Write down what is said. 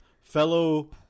fellow